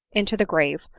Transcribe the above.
into the grave!